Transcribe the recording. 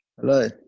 Hello